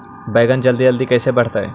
बैगन जल्दी जल्दी कैसे बढ़तै?